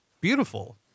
beautiful